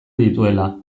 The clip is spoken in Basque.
dituela